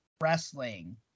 wrestling